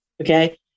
okay